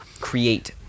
create